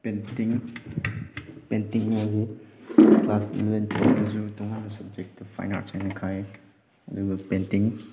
painting painting ꯍꯥꯏꯕꯁꯤ class eleven ꯇꯨꯌꯦꯞꯇꯁꯨ ꯇꯣꯡꯉꯥꯟꯕ ꯁꯕꯖꯦꯛꯇ ꯐꯥꯏꯟ ꯑꯥꯔꯠꯁ ꯍꯥꯏꯅ ꯈꯥꯏ ꯑꯗꯨꯒ ꯄꯦꯟꯇꯤꯡ